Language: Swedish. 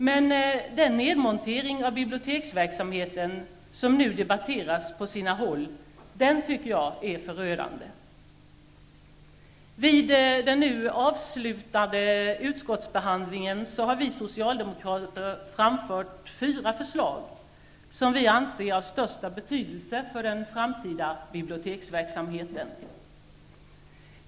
Men den nedmontering av biblioteksverksamheten som nu debatteras på sina håll tycker jag är förödande. Vid den nu avslutade utskottsbehandlingen har vi socialdemokrater framfört fyra förslag som vi anser har den största betydelse för den framtida biblioteksverksamheten.